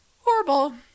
Horrible